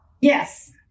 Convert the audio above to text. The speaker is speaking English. Yes